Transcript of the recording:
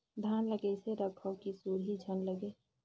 धान ल कइसे रखव कि सुरही झन लगे?